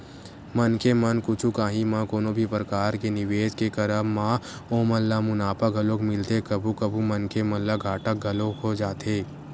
मनखे मन कुछु काही म कोनो भी परकार के निवेस के करब म ओमन ल मुनाफा घलोक मिलथे कभू कभू मनखे मन ल घाटा घलोक हो जाथे